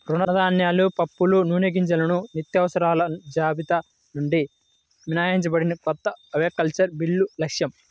తృణధాన్యాలు, పప్పులు, నూనెగింజలను నిత్యావసరాల జాబితా నుండి మినహాయించడం కొత్త అగ్రికల్చరల్ బిల్లు లక్ష్యం